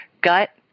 gut